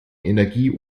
energie